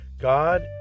God